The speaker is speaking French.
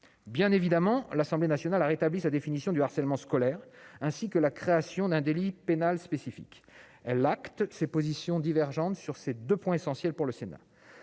peu de choses ! L'Assemblée nationale a bien entendu rétabli sa définition du harcèlement scolaire, ainsi que la création d'un délit pénal spécifique. Elle acte ses positions, qui divergent des nôtres, sur ces deux points essentiels pour le Sénat.